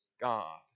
God